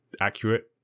accurate